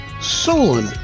Solon